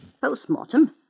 Post-mortem